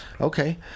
Okay